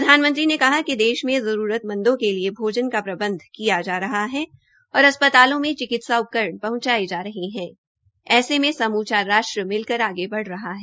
प्रधानमंत्री ने कहा कि देश मे जरूरतमंदों के लिए भोजन का प्रबंध किया जा रहा हे और अस्पतालों में चिकित्सा उपकरण पहुंचाये जा रहे है ऐसे में समूचा राष्ट्र मिलकर आगे बढ़ रहा है